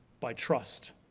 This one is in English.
by trust.